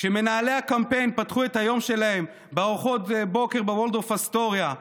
כשמנהלי הקמפיין פתחו את היום שלהם בארוחות בוקר בוולדורף אסטוריה,